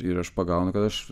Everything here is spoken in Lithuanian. ir aš pagaunu kad aš